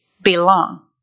belong